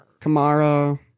Kamara